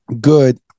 good